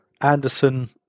Anderson